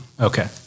okay